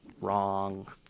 wrong